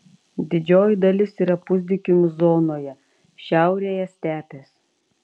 didžioji dalis yra pusdykumių zonoje šiaurėje stepės